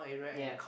yea